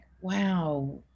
wow